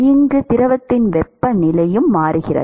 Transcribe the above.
இங்கு திரவத்தின் வெப்பநிலையும் மாறுகிறது